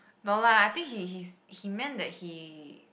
no lah I think he he's he meant that he